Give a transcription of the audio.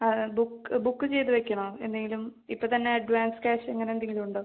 ആ ആ book book ചെയ്ത് വയ്ക്കണോ എന്തെങ്കിലും ഇപ്പം തന്നെ അഡ്വാൻസ് ക്യാഷ് അങ്ങനെ എന്തെങ്കിലും ഉണ്ടോ